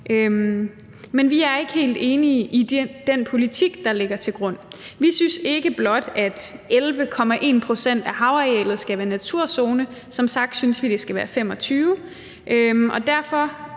Men vi er ikke helt enige i den politik, der ligger til grund. Vi synes ikke, at blot 11,1 pct. af havarealet skal være naturzone. Som sagt synes vi, at det skal være 25